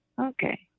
okay